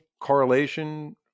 correlation